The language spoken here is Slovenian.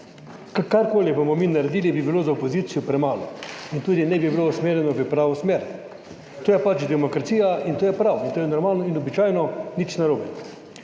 da karkoli bomo mi naredili, bo za opozicijo premalo in tudi ne bo usmerjeno v pravo smer. To je pač demokracija in to je prav in to je normalno in običajno, nič narobe.